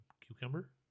cucumber